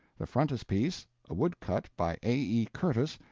the frontispiece, a woodcut by a. e. curtis,